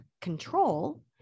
control